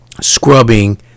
Scrubbing